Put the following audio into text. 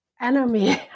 enemy